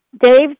Dave